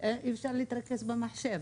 אי אפשר להתרכז במחשב.